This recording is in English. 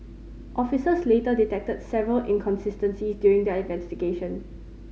officers later detected several inconsistencies during their investigation